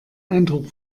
eindruck